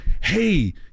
hey